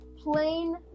plain